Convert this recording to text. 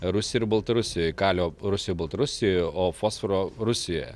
rusijoj ir baltarusijoj kalio rusijoj baltarusijoj o fosforo rusijoje